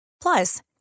Plus